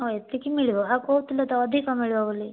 ଏତିକି ମିଳିବ ଆଉ କହୁଥିଲ ତ ଅଧିକ ମିଳିବ ବୋଲି